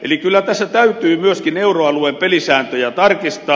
eli kyllä tässä täytyy myöskin euroalueen pelisääntöjä tarkistaa